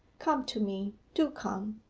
come to me do come.